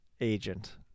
agent